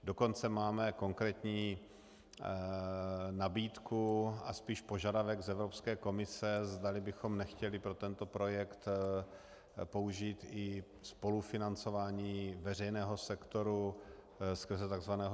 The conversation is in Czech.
Dokonce máme konkrétní nabídku a spíš požadavek z Evropské komise, zdali bychom nechtěli pro tento projekt použít i spolufinancování veřejného sektoru skrze tzv. Junckerův balíček.